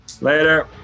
Later